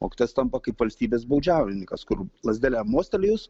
mokytojas tampa kaip valstybės baudžiauninkas kur lazdele mostelėjus